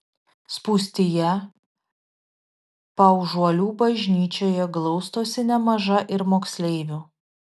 spūstyje paužuolių bažnyčioje glaustosi nemaža ir moksleivių